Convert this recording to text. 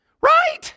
Right